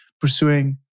pursuing